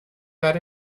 that